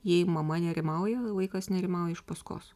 jei mama nerimauja vaikas nerimauja iš paskos